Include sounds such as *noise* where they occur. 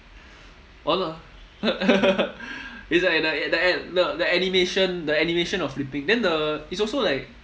on lah *laughs* it's like the a~ the a~ the animation the animation of flipping then the it's also like